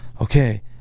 okay